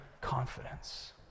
confidence